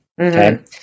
Okay